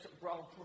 wrong